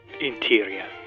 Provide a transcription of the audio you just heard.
Interior